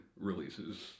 releases